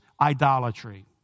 idolatry